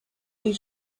die